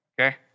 okay